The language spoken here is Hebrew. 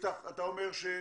איפה אמורה להיות הבעיה?